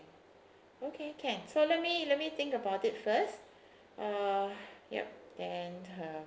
okay can so let me let me think about it first uh yup then uh